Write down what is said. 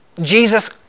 Jesus